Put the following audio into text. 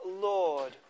Lord